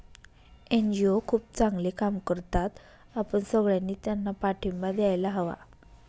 NGO खूप चांगले काम करतात, आपण सगळ्यांनी त्यांना पाठिंबा द्यायला हवा